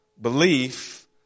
belief